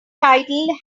titled